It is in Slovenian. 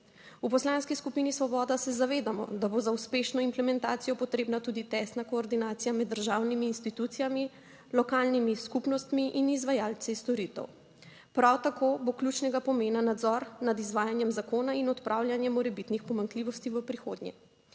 V Poslanski skupini Svoboda se zavedamo, da bo za uspešno implementacijo potrebna tudi tesna koordinacija med državnimi institucijami, lokalnimi skupnostmi in izvajalci storitev. Prav tako bo ključnega pomena nadzor nad izvajanjem zakona in odpravljanje morebitnih pomanjkljivosti v prihodnje.